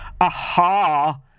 Aha